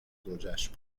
زوجهاش